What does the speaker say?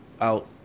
out